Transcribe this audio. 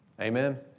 Amen